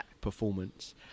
performance